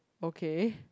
okay